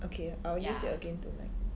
okay I will use it again tonight